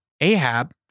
Ahab